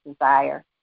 desire